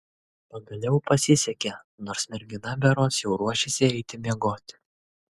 pagaliau pasisekė nors mergina berods jau ruošėsi eiti miegoti